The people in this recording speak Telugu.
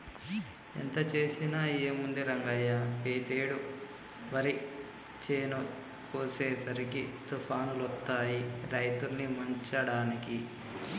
ఎంత చేసినా ఏముంది రంగయ్య పెతేడు వరి చేను కోసేసరికి తుఫానులొత్తాయి రైతుల్ని ముంచడానికి